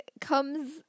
comes